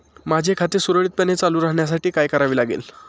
माझे खाते सुरळीतपणे चालू राहण्यासाठी काय करावे लागेल?